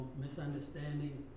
misunderstanding